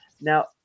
Now